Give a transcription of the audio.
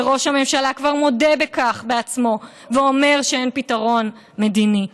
וראש הממשלה כבר מודה בכך בעצמו ואומר שאין פתרון מדיני.